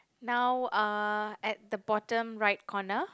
now uh at the bottom right corner